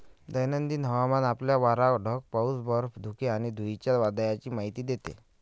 दैनंदिन हवामान आपल्याला वारा, ढग, पाऊस, बर्फ, धुके आणि धुळीच्या वादळाची माहिती देते